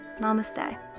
Namaste